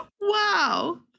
Wow